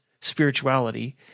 spirituality